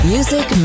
Music